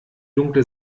dunkle